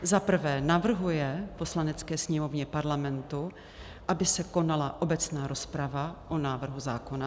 I. navrhuje Poslanecké sněmovně Parlamentu, aby se konala obecná rozprava o návrhu zákona;